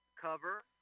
cover